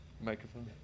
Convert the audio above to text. Microphone